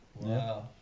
Wow